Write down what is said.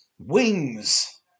Wings